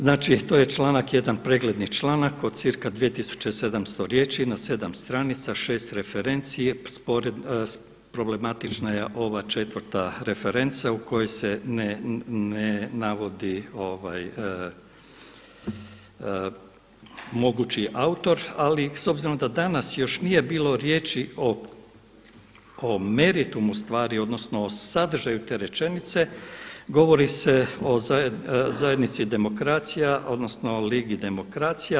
Znači to je članak, jedan pregledni članak od cirka 2700 riječi na 7 stranica, 6 referencije, problematična je ova četvrta referenca u kojoj se ne navodi mogući autor, ali s obzirom da danas još nije bilo riječi o meritumu stvari, odnosno o sadržaju te rečenice govori se o zajednici demokracija odnosno o ligi demokracija.